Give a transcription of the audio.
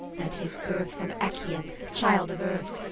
and his birth from echion, child of earth.